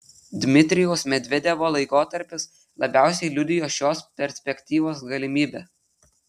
dmitrijaus medvedevo laikotarpis labiausiai liudijo šios perspektyvos galimybę